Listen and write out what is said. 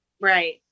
Right